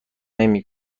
نمی